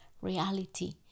reality